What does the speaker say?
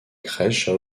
crèches